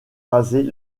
raser